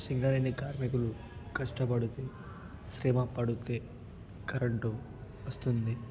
సింగరేణి కార్మికులు కష్టపడుతు శ్రమ పడితే కరెంటు వస్తుంది